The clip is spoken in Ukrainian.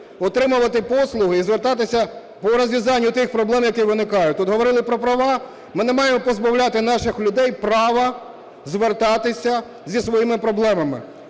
отримувати послуги і звертатися по розв'язанню тих проблем, які виникають. Тут говорили про права. Ми не маємо позбавляти наших людей права звертатися зі своїми проблемами.